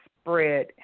spread